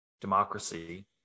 democracy